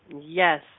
Yes